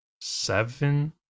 seven